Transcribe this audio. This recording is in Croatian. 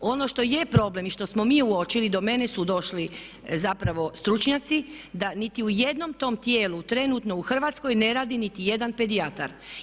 Ono što je problem i što smo mi uočili, do mene su došli zapravo stručnjaci, da niti u jednom tom tijelu trenutno u Hrvatskoj ne radi nitijedan pedijatar.